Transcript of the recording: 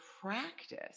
practice